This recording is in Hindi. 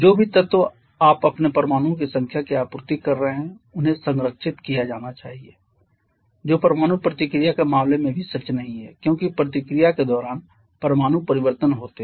जो भी तत्व आप अपने परमाणुओं की संख्या की आपूर्ति कर रहे हैं उन्हें संरक्षित किया जाना चाहिए जो परमाणु प्रतिक्रिया के मामले में भी सच नहीं है क्योंकि प्रतिक्रिया के दौरान परमाणु परिवर्तन होते हैं